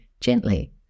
gently